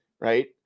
right